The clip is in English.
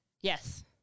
Yes